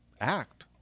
Act